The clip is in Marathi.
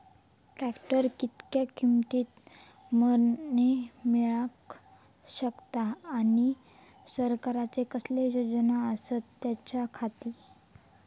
ट्रॅक्टर कितक्या किमती मरेन मेळाक शकता आनी सरकारचे कसले योजना आसत त्याच्याखाती?